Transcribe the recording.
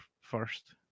first